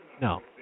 No